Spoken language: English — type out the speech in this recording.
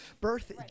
birth